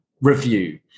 review